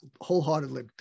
wholeheartedly